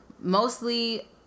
mostly